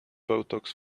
botox